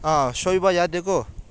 ꯑꯥ ꯁꯣꯏꯕ ꯌꯥꯗꯦꯀꯣ